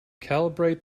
calibrate